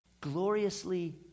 Gloriously